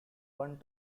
one